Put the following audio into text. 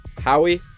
Howie